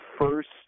first